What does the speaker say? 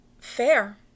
Fair